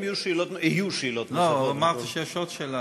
אם יהיו שאלות נוספות, אמרת שיש עוד שאלה.